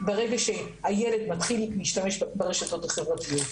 ברגע שהילד מתחיל להשתמש ברשתות החברתיות.